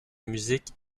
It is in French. musique